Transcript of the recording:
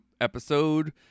episode